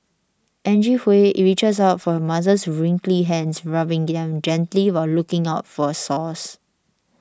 Angie Hui reaches out for her mother's wrinkly hands rubbing them gently while looking out for sores